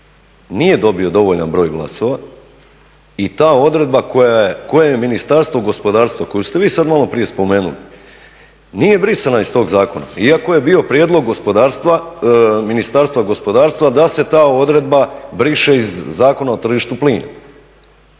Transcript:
nije dobio dovoljan broj glasova i ta odredba koju je Ministarstvo gospodarstva, koju ste vi sada maloprije spomenuli nije brisana iz toga zakona iako je bio prijedlog Ministarstva gospodarstva da se ta odredba briše iz Zakona o tržištu plina.